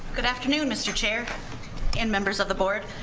good afternoon mr. chair and members of the board.